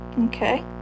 Okay